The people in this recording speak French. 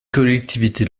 collectivités